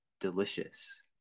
delicious